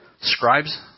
scribes